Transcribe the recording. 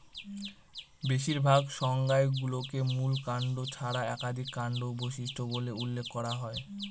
বেশিরভাগ সংজ্ঞায় গুল্মকে মূল কাণ্ড ছাড়া একাধিক কাণ্ড বিশিষ্ট বলে উল্লেখ করা হয়